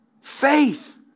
faith